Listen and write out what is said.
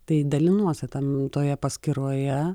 tai dalinuosi tam toje paskyroje